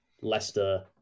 Leicester